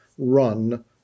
run